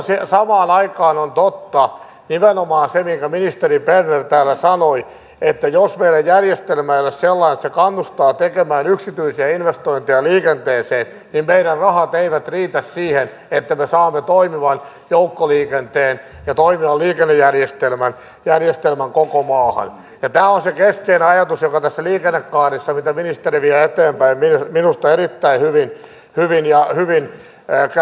mutta samaan aikaan on totta nimenomaan se minkä ministeri berner täällä sanoi että jos meidän järjestelmämme ei ole sellainen että se kannustaa tekemään yksityisiä investointeja liikenteeseen niin meidän rahamme eivät riitä siihen että me saamme toimivan joukkoliikenteen ja toimivan liikennejärjestelmän koko maahan ja tämä on se keskeinen ajatus joka tässä liikennekaaressa mitä ministeri vie eteenpäin minusta erittäin hyvin käy ilmi